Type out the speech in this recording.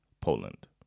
Poland